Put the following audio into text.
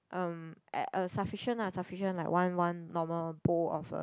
um at a sufficient ah sufficient like one one normal bowl of a